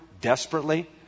desperately